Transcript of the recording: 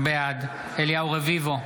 בעד אליהו רביבו,